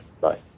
Bye